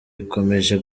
ikomeje